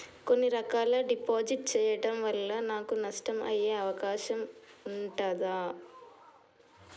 కొన్ని రకాల డిపాజిట్ చెయ్యడం వల్ల నాకు నష్టం అయ్యే అవకాశం ఉంటదా?